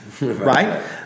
Right